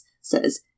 says